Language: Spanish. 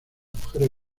mujeres